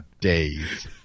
days